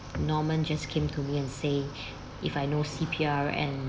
norman just came to me and say if I know C_P_R and